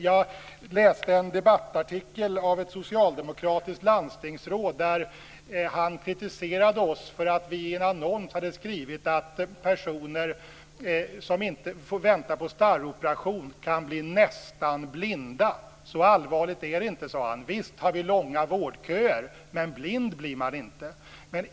Jag läste en debattartikel av ett socialdemokratiskt landstingsråd där han kritiserade oss för att vi i en annons hade skrivit att personer som får vänta på starroperation kan bli nästan blinda. Så allvarligt är det inte, sade han. Visst har vi långa vårdköer, men blind blir man inte.